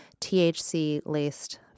THC-laced